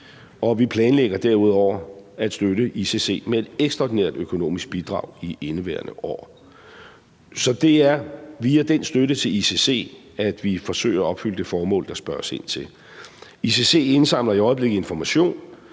vi planlægger derudover at støtte ICC med et ekstraordinært økonomisk bidrag i indeværende år. Så det er via den støtte til ICC, at vi forsøger at opfylde det formål, der spørges ind til. ICC indsamler i øjeblikket information